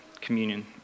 communion